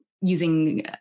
using